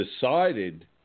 decided